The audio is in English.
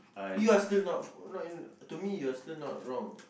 you are still not not to me you are still not wrong